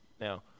Now